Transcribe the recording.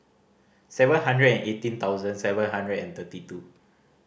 seven hundred and eighteen thousand seven hundred and thirty two